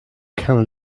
can